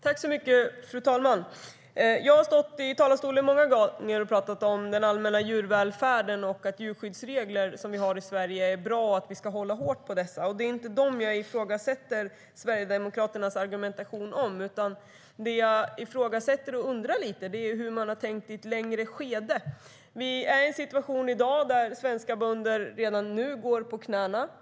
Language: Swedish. Fru talman! Jag har stått i talarstolen många gånger och pratat om den allmänna djurvälfärden och om att de djurskyddsregler som vi har i Sverige är bra och att vi ska hålla hårt på dessa. Jag ifrågasätter inte Sverigedemokraternas argumentation om dem, utan det jag ifrågasätter och undrar lite över är hur man har tänkt i ett längre skede. Vi är i en situation där svenska bönder redan nu går på knäna.